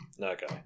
Okay